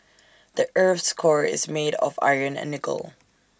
the Earth's core is made of iron and nickel